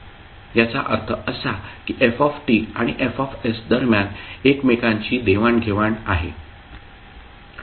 याचा अर्थ असा की f आणि F दरम्यान एकमेकांशी देवाणघेवाण आहे